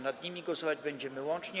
Nad nimi głosować będziemy łącznie.